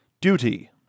duty